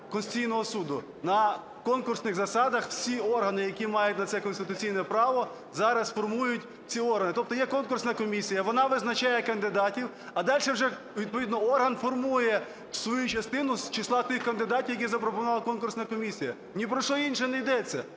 Конституційного Суду. На конкурсних засадах всі органи, які мають на це конституційне право, зараз формують ці органи. Тобто є конкурсна комісія, вона визначає кандидатів, а дальше вже відповідно орган формує свою частину з числа тих кандидатів, які запропонувала конкурсна комісія. Ні про що інше не йдеться.